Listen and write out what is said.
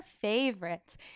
favorites